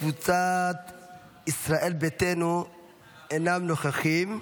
קבוצת ישראל ביתנו אינם נוכחים.